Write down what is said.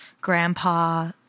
grandpa